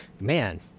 man